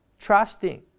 trusting